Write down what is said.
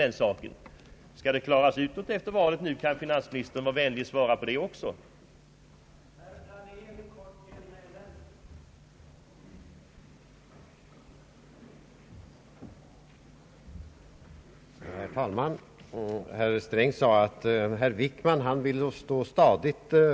Skall saker och ting klaras ut nu efter valet, så kanske finansministern är vänlig och svarar på den frågan också.